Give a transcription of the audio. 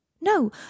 No